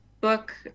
book